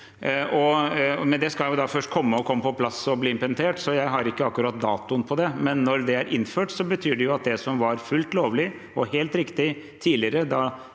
Det skal først komme på plass og bli implementert, så jeg har ikke akkurat datoen for det, men når det er innført, betyr det at det som var fullt lovlig og helt riktig tidligere,